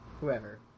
whoever